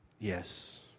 Yes